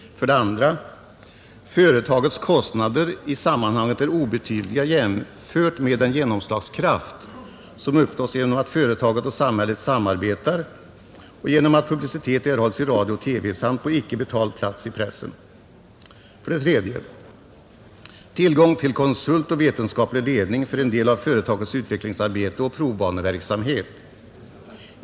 2. Företagets kostnader i sammanhanget är obetydliga jämfört med den genomslagskraft som uppnås genom att företaget och samhället samarbetar och genom att publicitet erhålls i radio och TV samt på icke betald plats i pressen. 3. Tillgång till konsult och vetenskaplig ledning för en del av företagets utvecklingsarbete och provbaneverksamhet.